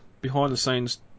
behind-the-scenes